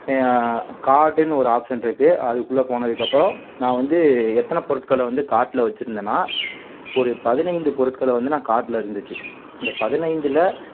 ஏன் கார்ட்டுன்னு ஒரு ஆப்சன் இருக்குது அதுக்குள்ளே போனதுக்கப்புறம் நான் வந்து எத்தனை பொருட்களை வந்து கார்ட்டில் வச்சுருந்தேன்னா ஒரு பதினைந்து பொருட்களை வந்து நான் கார்ட்டில் இருந்துச்சு இந்த பதினைந்தில்